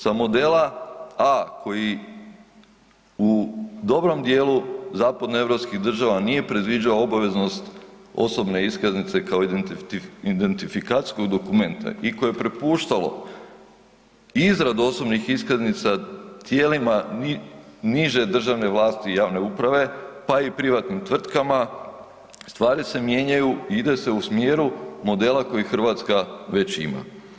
Sa modela A koji u dobrom dijelu zapadno europskih država nije predviđao obaveznost osobne iskaznice kao identifikacijskog dokumenta i koje je propuštalo izradu osobnih iskaznica tijelima niže državne vlasti javne uprave pa i privatnim tvrtkama, stvari se mijenjaju i ide se u smjeru modela koji Hrvatska već ima.